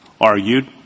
argued